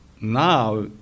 Now